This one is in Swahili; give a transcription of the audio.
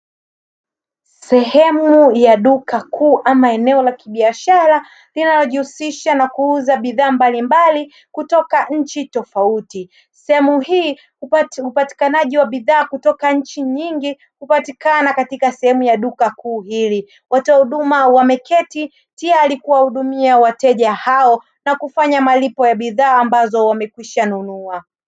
sehemu ya duka kubwa ama eneo la kibiashara linalojihusisha na kuuza bidhaa mbalimbali kutoka nchi tofauti. Sehemu hii, upatikanaji wa bidhaa kutoka nchi nyingi upatikana katika sehemu ya duka kuu hili. Watoa huduma wamekaa tayari kuhudumia wateja wao na kufanya malipo ya bidhaa ambazo wamekwisha kununua.